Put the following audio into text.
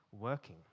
working